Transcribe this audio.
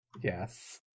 Yes